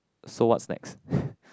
so what's next